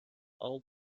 old